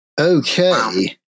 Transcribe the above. Okay